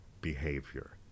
behavior